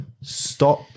Stop